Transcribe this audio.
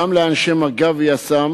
גם לאנשי מג"ב ויס"מ